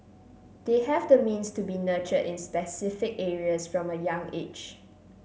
they have the means to be nurtured in specific areas from a young age